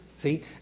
See